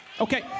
Okay